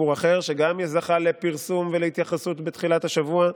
סיפור אחר שגם זכה לפרסום ולהתייחסות בתחילת השבוע,